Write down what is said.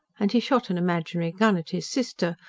and he shot an imaginary gun at his sister,